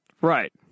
Right